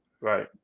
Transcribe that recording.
Right